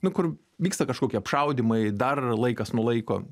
nu kur vyksta kažkokie apšaudymai dar laikas nuo laiko